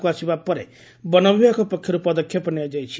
କୁ ଆସିବା ପରେ ବନବିଭାଗ ପକ୍ଷର୍ଠ ପଦକ୍ଷେପ ନିଆଯାଇଛି